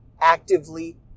actively